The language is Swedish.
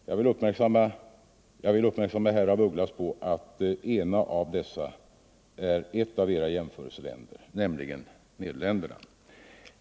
Jag vill göra herr af Ugglas uppmärksam på att det ena av dessa är ett av era jämförelseländer, nämligen Nederländerna.